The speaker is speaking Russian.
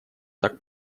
так